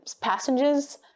passengers